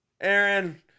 Aaron